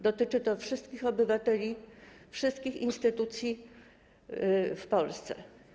Dotyczy to wszystkich obywateli, wszystkich instytucji w Polsce.